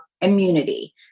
immunity